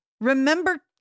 remember